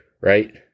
right